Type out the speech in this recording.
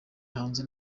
hanze